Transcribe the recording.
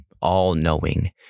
all-knowing